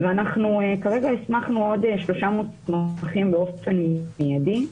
והסמכנו עוד שלושה מוסמכים באופן מיידי,